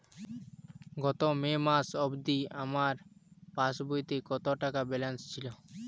গত মে মাস অবধি আমার পাসবইতে কত টাকা ব্যালেন্স ছিল?